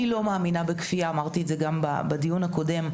אני לא מאמינה בכפייה; אמרתי את זה גם בדיון הקודם.